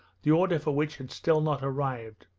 the order for which had still not arrived.